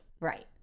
Right